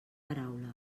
paraula